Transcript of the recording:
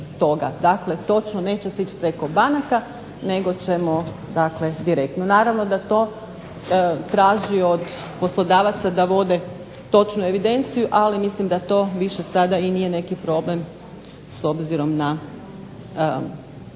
Dakle točno, neće se ići preko banaka nego ćemo dakle direktno. Naravno da to traži od poslodavaca da vode točnu evidenciju, ali mislim da to više sada i nije neki problem s obzirom na